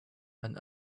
and